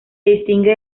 distingue